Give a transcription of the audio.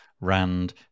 Rand